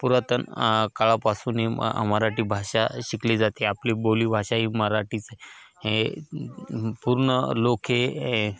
पुरातन काळापासूनही म मराठी भाषा शिकली जाते आपली बोली भाषा ही मराठीच आहे हे पूर्ण लोके